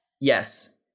Yes